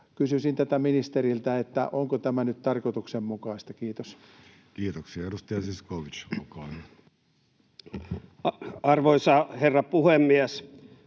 Kysyisin tätä ministeriltä: onko tämä nyt tarkoituksenmukaista? — Kiitos. Kiitoksia. — Edustaja Zyskowicz, olkaa hyvä. Arvoisa herra puhemies!